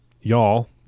y'all